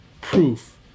proof